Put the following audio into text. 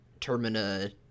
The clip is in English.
termina